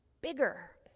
bigger